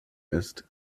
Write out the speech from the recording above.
ist